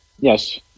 Yes